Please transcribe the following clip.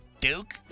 duke